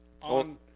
on